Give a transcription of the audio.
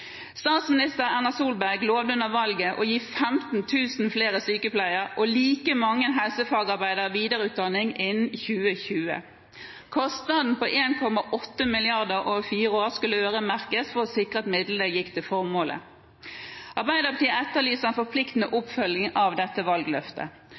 Statsminister Erna Solberg lovet under valget å gi 15 000 flere sykepleiere og like mange helsefagarbeidere videreutdanning innen 2020. Kostnaden – 1,8 mrd. kr over fire år – skulle øremerkes for å sikre at midlene gikk til formålet. Arbeiderpartiet etterlyser en forpliktende